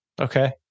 Okay